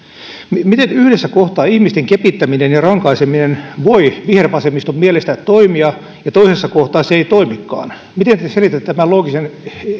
miten yhdessä kohtaa ihmisten kepittäminen ja rankaiseminen voi vihervasemmiston mielestä toimia ja toisessa kohtaa se ei toimikaan miten te selitätte tämän loogisen